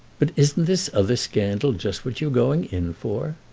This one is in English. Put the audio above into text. but isn't this other scandal just what you're going in for?